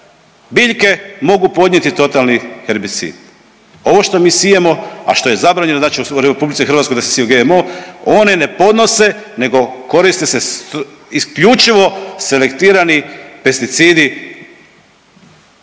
biljke mogu podnijeti totalni herbicid. Ovo što mi sijemo, a što je zabranjeno u RH da se sije GMO, oni ne podnose nego koriste se isključivo selektirani pesticidi.